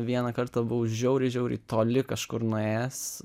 vieną kartą buvau žiauriai žiauriai toli kažkur nuėjęs